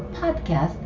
podcast